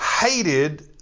hated